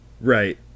Right